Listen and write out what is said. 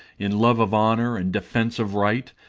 in love of honour and defence of right,